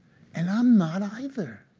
and i'm not either.